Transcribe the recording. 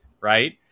right